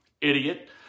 Idiot